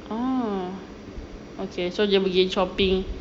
ah okay so dia pergi shopping